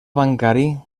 bancari